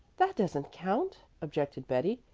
that doesn't count, objected betty.